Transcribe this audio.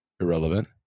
Irrelevant